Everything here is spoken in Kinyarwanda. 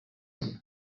gahoro